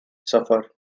suffer